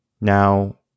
Now